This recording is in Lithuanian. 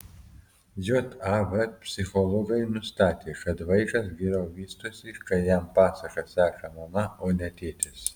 jav psichologai nustatė kad vaikas geriau vystosi kai jam pasakas seka mama o ne tėtis